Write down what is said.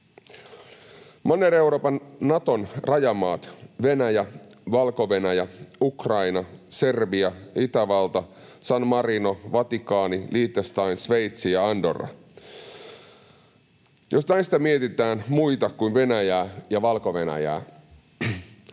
Manner-Euroopan Naton rajamaat Venäjä, Valko-Venäjä, Ukraina, Serbia, Itävalta, San Marino, Vatikaani, Liechtenstein, Sveitsi ja Andorra — jos näistä mietitään muita kuin Venäjää ja Valko-Venäjää, niin